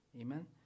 Amen